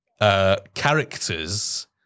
characters